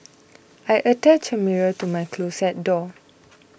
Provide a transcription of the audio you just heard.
I attached a mirror to my closet door